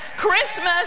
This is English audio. Christmas